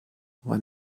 wann